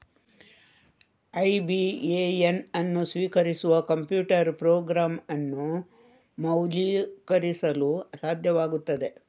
IBAN ಅನ್ನು ಸ್ವೀಕರಿಸುವ computer program ಅನ್ನು ಮೌಲ್ಯೀಕರಿಸಲು ಸಾಧ್ಯವಾಗುತ್ತದೆ